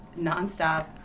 nonstop